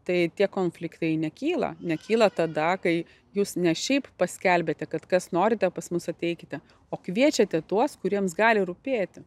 tai tie konfliktai nekyla nekyla tada kai jūs ne šiaip paskelbėte kad kas norite pas mus ateikite o kviečiate tuos kuriems gali rūpėti